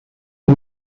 old